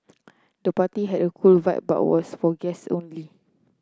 the party had a cool vibe but was for guests only